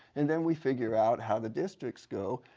and then we figure out how the districts go,